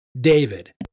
David